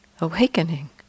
awakening